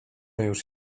już